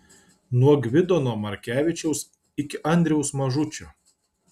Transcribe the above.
nuo gvidono markevičiaus iki andriaus mažučio